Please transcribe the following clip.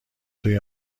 توی